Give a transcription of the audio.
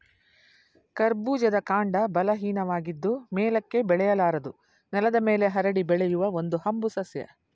ಕರ್ಬೂಜದ ಕಾಂಡ ಬಲಹೀನವಾಗಿದ್ದು ಮೇಲಕ್ಕೆ ಬೆಳೆಯಲಾರದು ನೆಲದ ಮೇಲೆ ಹರಡಿ ಬೆಳೆಯುವ ಒಂದು ಹಂಬು ಸಸ್ಯ